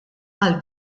għal